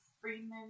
Freeman